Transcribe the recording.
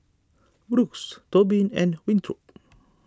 Brooks Tobin and Winthrop